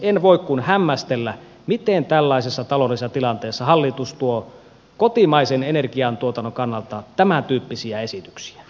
en voi kuin hämmästellä miten tällaisessa taloudellisessa tilanteessa hallitus tuo kotimaisen energiantuotannon kannalta tämäntyyppisiä esityksiä